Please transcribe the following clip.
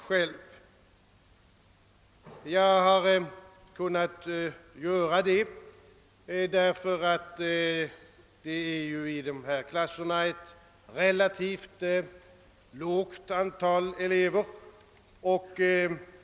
Jag har kunnat göra det därför att dessa klasser har ett relativt lågt antal elever.